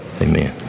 Amen